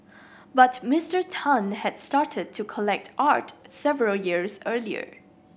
but Mister Tan had started to collect art several years earlier